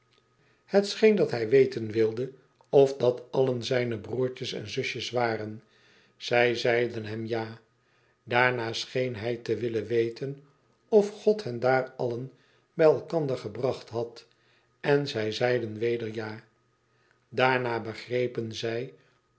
scheen dat hij weten wilde of dat allen zijne broertjes en zusjes waren zij zeiden hem ja daarna scheen hij te willen weten of god hen daar allen bij elkander gebracht had en zij zeiden weder ja daarna begrepen zij